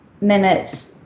minutes